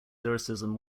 lyricism